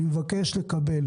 אני מבקש לקבל